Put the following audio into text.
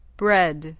bread